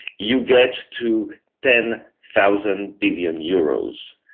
you get to ten thousand billion euros,